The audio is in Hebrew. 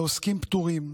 לעוסקים פטורים,